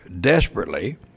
desperately